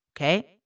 Okay